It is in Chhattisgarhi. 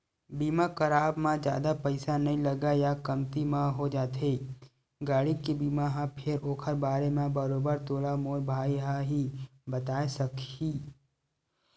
बीमा कराब म जादा पइसा नइ लगय या कमती म हो जाथे गाड़ी के बीमा ह फेर ओखर बारे म बरोबर तोला मोर भाई ह ही बताय सकही